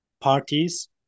parties